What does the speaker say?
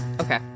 Okay